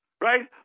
Right